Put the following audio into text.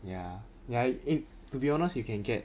ya ya eh to be honest you can get